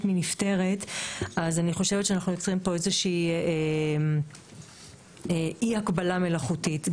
מנפטרת אז אני חושבת שאנחנו יוצרים פה איזה שהיא אי הקבלה מלאכותית.